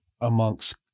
amongst